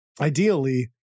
Ideally